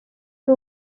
ari